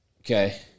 Okay